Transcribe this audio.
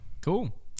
Cool